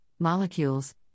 molecules